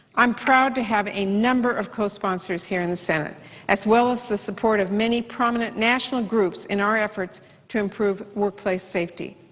i'm proud to have a number of cosponsors here in the senate as well as the support of many prominent national groups in our efforts to improve workplace safety.